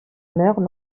meurent